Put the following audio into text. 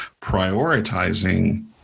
prioritizing